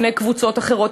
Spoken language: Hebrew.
לפני קבוצות אחרות,